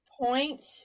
point